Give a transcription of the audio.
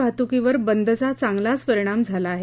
वाहतुकीवर बंदचा चांगलाच परिणाम झाला आहे